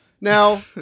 Now